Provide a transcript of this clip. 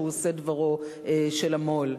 שהוא עושה דברו של המו"ל.